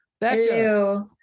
Becca